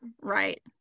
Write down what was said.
right